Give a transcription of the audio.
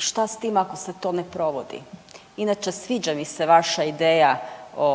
i šta s tim ako se to ne provodi. Inače, sviđa mi se vaša ideja o